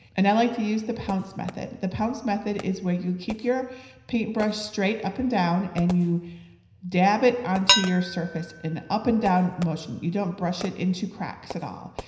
and i like to use the pounce method. the pounce method is where you keep your paint brush straight up and down and you dab it onto your surface in an up and down motion. you don't brush it into cracks at all.